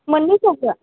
मोननै खौबो